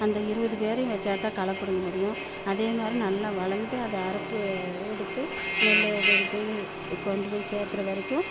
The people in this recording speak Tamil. அந்த இருபது பேரையும் வச்சால்தான் களபிடுங்க முடியும் அதேமாதிரி நல்லா வளர்ந்து அத அறுப்பு எடுத்து நெல்லை கொண்டுபோய் கொண்டுபோய் சேர்த்துற வரைக்கும்